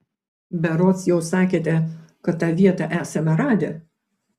berods jau sakėte kad tą vietą esame radę